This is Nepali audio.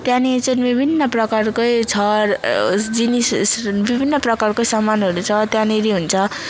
त्यहाँनेरि चाहिँ विभिन्न प्रकारकै छ जिनिस विभिन्न प्रकारको सामानहरू छ त्यहाँनेरि हुन्छ